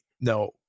no